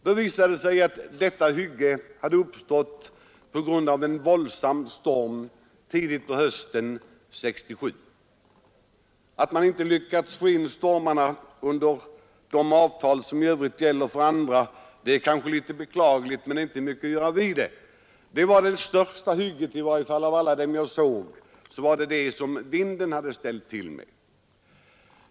Det visade sig att detta hygge hade uppstått efter en våldsam storm tidigt på hösten 1967. Att man inte lyckats få in stormarna under de avtal som i övrigt gäller är kanske beklagligt, men inte mycket att göra åt. Det största hygge som jag såg var i varje fall det som vinden hade ställt till med.